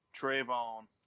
Trayvon